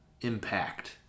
impact